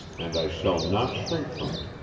and i shall not shrink from it,